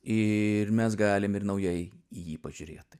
ir mes galim ir naujai į jį pažiūrėti